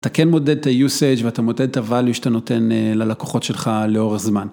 אתה כן מודד את ה-usage ואתה מודד את ה-value שאתה נותן ללקוחות שלך לאורך זמן.